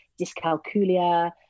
dyscalculia